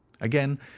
again